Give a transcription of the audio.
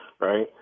right